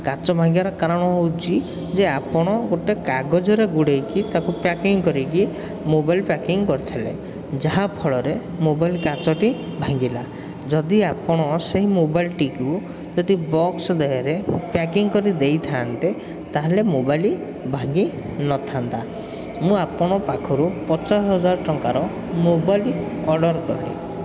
କାଚ ଭାଙ୍ଗିବାର କାରଣ ହେଉଛି ଯେ ଆପଣ ଗୋଟେ କାଗଜରେ ଗୁଡ଼େଇକି ତାକୁ ପ୍ୟାକିଙ୍ଗ କରିକି ମୋବାଇଲ ପ୍ୟାକିଙ୍ଗ କରିଥିଲେ ଯାହାଫଳରେ ମୋବାଇଲ କାଚଟି ଭାଙ୍ଗିଲା ଯଦି ଆପଣ ସେହି ମୋବାଇଲଟିକୁ ଯଦି ବକ୍ସ ଦେହରେ ପ୍ୟାକିଙ୍ଗ କରି ଦେଇଥାନ୍ତେ ତାହେଲେ ମୋବାଇଲ୍ ଭାଙ୍ଗିନଥାନ୍ତା ମୁଁ ଆପଣ ପାଖରୁ ପଚାଶ ହଜାର ଟଙ୍କାର ମୋବାଇଲ୍ ଅର୍ଡ଼ର କଲି